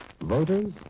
Voters